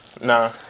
Nah